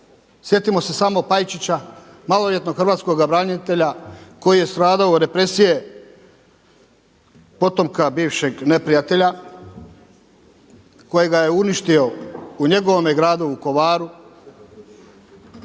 Sjetimo se samo Pajčića, maloljetnog hrvatskoga branitelja koji je stradao od represije potomka bivšeg neprijatelja kojega je uništio u njegovome gradu Vukovaru.